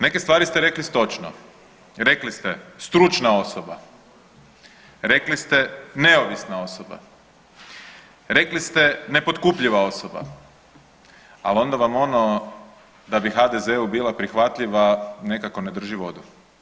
Neke stvari ste rekli točno, rekli ste stručna osoba, rekli ste neovisna osoba, rekli ste nepotkupljiva osoba, ali vam ono da bi HDZ-u bila prihvatljiva nekako ne drži vodu.